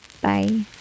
bye